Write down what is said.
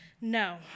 No